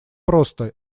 просто